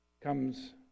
comes